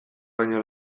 baino